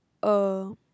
a